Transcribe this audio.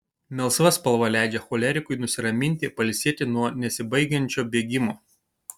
melsva spalva leidžia cholerikui nusiraminti pailsėti nuo nesibaigiančio bėgimo